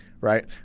Right